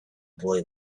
boy